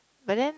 but then